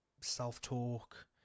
self-talk